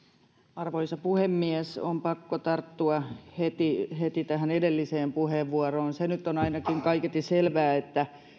arvoisa puhemies on pakko tarttua heti heti tähän edelliseen puheenvuoroon se nyt on ainakin kaiketi selvää että